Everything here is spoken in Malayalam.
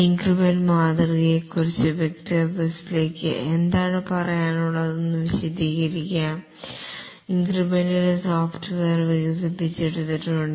ഇൻക്രിമെൻറ് മാതൃകയെക്കുറിച്ച് വിക്ടർ ബസിലിക്ക് എന്താണ് പറയാനുള്ളതെന്ന് വിശദീകരിക്കാൻ ഇൻക്രിമെന്റിൽ സോഫ്റ്റ്വെയർ വികസിപ്പിച്ചെടുത്തിട്ടുണ്ട്